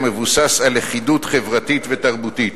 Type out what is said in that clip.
המבוסס על לכידות חברתית ותרבותית.